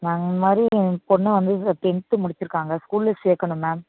நாங்கள் இந்மாதிரி ஏ பொண்ணு வந்து வே டென்த்து முடிச்சியிருக்காங்க ஸ்கூலில் சேர்க்கணும் மேம்